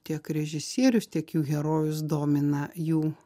tiek režisierius tiek jų herojus domina jų